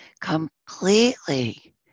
completely